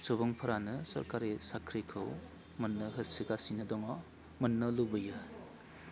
सुबुंफ्रानो सोरकारि साख्रिखौ मोननो होसोगासिनो दङ मोननो लुबैयो